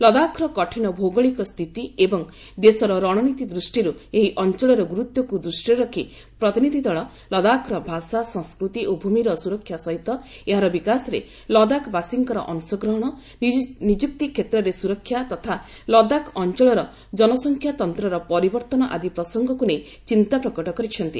ଲଦାଖର କଠିନ ଭୌଗୋଳିକ ସ୍ଥିତି ଏବଂ ଦେଶର ରଶନୀତି ଦୃଷ୍ଟିରୁ ଏହି ଅଞ୍ଚଳର ଗୁରୁତ୍ୱକୁ ଦୃଷ୍ଟିରେ ରଖି ପ୍ରତିନିଧି ଦଳ ଲଦାଖର ଭାଷା ସଂସ୍କୃତି ଓ ଭୂମିର ସୁରକ୍ଷା ସହିତ ଏହାର ବିକାଶରେ ଲଦାଖବାସୀଙ୍କର ଅଂଶଗ୍ରହଣ ନିଯୁକ୍ତି କ୍ଷେତରେ ସୁରକ୍ଷା ତଥା ଲଦାଖ ଅଞ୍ଚଳର ଜନସଂଖ୍ୟା ତନ୍ତ୍ରର ପରିବର୍ତ୍ତନ ଆଦି ପ୍ରସଙ୍ଗକୁ ନେଇ ଚିନ୍ତା ପ୍ରକଟ କରିଛନ୍ତି